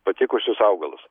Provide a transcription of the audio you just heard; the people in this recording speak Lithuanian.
patikusius augalus